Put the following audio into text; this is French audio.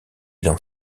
dans